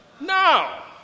Now